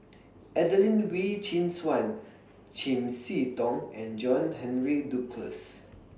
Adelene Wee Chin Suan Chiam See Tong and John Henry Duclos